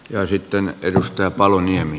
ja sitten edustaja paloniemi